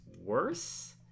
worse